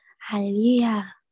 Hallelujah